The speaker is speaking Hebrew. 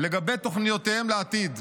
לגבי תוכניותיהם לעתיד.